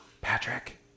patrick